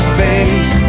face